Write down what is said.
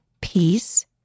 peace